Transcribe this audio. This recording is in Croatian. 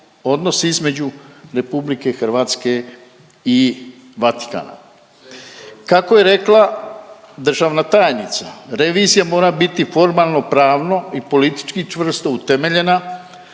odnos između RH i Vatikana. Kako je rekla državna tajnica revizija mora biti formalno-pravno i politički čvrsto utemeljena